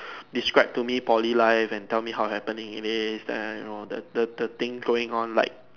describe to me Poly life and tell me how happening it is then you know the the the thing going on like